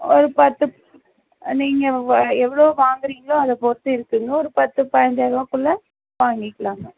ஒரு பத்து நீங்கள் வ எவ்வளோ வாங்குகிறீங்களோ அதைப் பொறுத்து இருக்குதுங்க ஒரு பத்து பாஞ்சாயிரம் ரூபாக்குள்ள வாங்கிக்கலாங்க